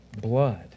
blood